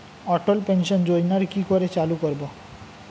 অটল pension যোজনার কি করে চালু করব?